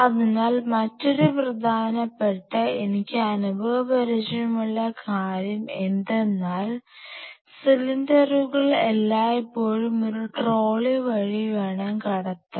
അതിനാൽ മറ്റൊരു പ്രധാനപെട്ട എനിക്ക് അനുഭവപരിചയമുള്ള കാര്യം എന്തെന്നാൽ സിലിണ്ടറുകൾ എല്ലായ്പ്പോഴും ഒരു ട്രോളി വഴി വേണം കടത്താൻ